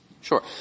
Sure